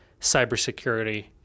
cybersecurity